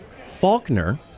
Faulkner